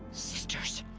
sisters.